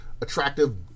attractive